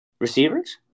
receivers